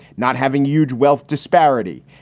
not having huge wealth disparity.